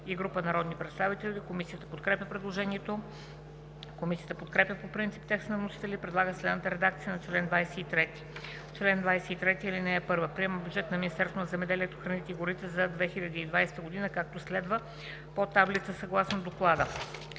и група народни представители. Комисията подкрепя предложението. Комисията подкрепя по принцип текста на вносителя и предлага следната редакция на чл. 23: „Чл. 23. (1) Приема бюджета на Министерството на земеделието, храните и горите за 2020 г., както следва: (по таблица съгласно доклада).